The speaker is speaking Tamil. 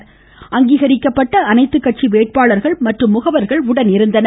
அப்போது அங்கீகரிக்கப்பட்ட அனைத்து கட்சி வேட்பாளர்கள் மற்றும் ழகவர்கள் உடனிருந்தனர்